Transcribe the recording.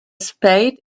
spade